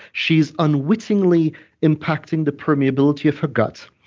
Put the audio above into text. she's unwittingly impacting the permeability of her gut.